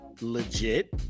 legit